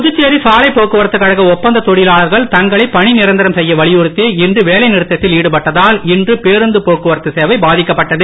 புதுச்சேரி சாலை போக்குவரத்து கழக ஒப்பந்த தொழிலாளர்கள் தங்களை பணிநிரந்தரம் செய்ய வலியுறுத்தி இன்று வேலை நிறுத்தத்தில் ஈடுபட்டதால் இன்று பேருந்து போக்குவரத்து சேவை பாதிக்கப்பட்டது